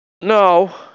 No